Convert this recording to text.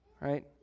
right